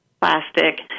plastic